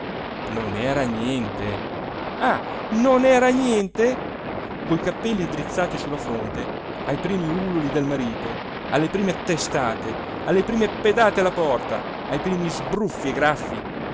non era niente ah non era niente coi capelli drizzati su la fronte ai primi ululi del marito alle prime testate alle prime pedate alla porta ai primi sbruffi e graffii